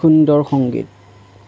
সুন্দৰ সংগীত